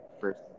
first